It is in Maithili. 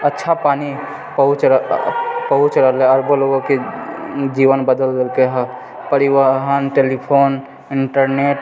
अच्छा पानी पहुँचि रहलैहँ आओरो लोकोके जीवन बदलि देलकैहँ परिवहन टेलीफोन इन्टरनेट